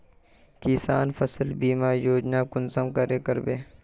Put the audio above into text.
किसान फसल बीमा योजना कुंसम करे करबे?